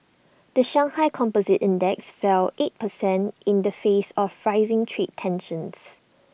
the Shanghai composite index fell eight percent in the face of rising trade tensions